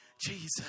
Jesus